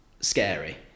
Scary